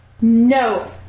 No